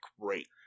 great